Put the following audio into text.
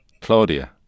Claudia